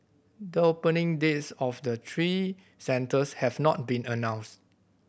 the opening dates of the three centres have not been announced